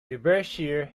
derbyshire